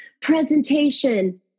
presentation